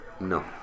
No